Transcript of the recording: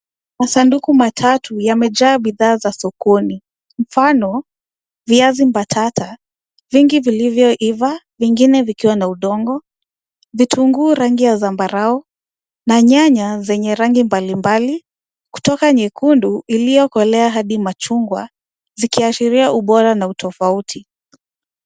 masanduku matatu yamejaa bidhaa za sokoni, mfano, viazi mbatata vingi vilivyoiva vingine vikiwa na udongo, vitunguu rangi ya zambarau na nyanya zenye rangi mbalimbali kutoka nyekundu iliyokolea hadi machungwa zikiashiria ubora na utofauti.